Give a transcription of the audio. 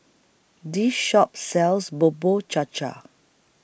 This Shop sells Bubur Cha Cha